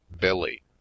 billy